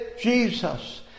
Jesus